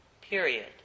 period